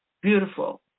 beautiful